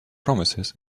promises